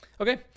Okay